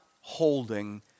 holding